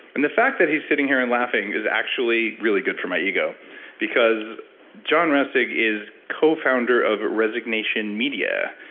and the fact that he's sitting here and laughing is actually really good for my ego because john resig is co-founder of resignation media,